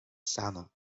sano